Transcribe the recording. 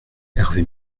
hervé